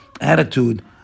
attitude